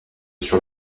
sur